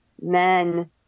men